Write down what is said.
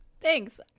Thanks